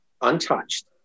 untouched